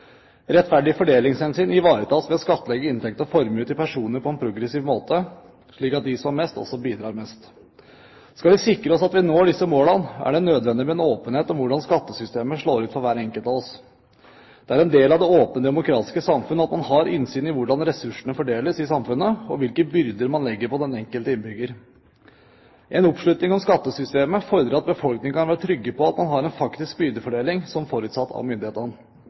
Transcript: fordelingshensyn ivaretas ved å skattlegge inntekt og formue til personer på en progressiv måte, slik at de som har mest, også bidrar mest. Skal vi sikre oss at vi når disse målene, er det nødvendig med en åpenhet om hvordan skattesystemet slår ut for hver enkelt av oss. Det er en del av det åpne demokratiske samfunn at man har innsyn i hvordan ressursene fordeles i samfunnet, og hvilke byrder man legger på den enkelte innbygger. En oppslutning om skattesystemet fordrer at befolkningen kan være trygg på at man har en faktisk byrdefordeling, som forutsatt av myndighetene.